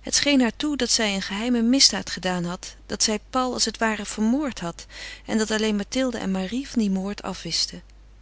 het scheen haar toe dat zij een geheime misdaad gedaan had dat zij paul als het ware vermoord had en dat alleen mathilde en marie van dien moord afwisten